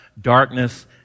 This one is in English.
darkness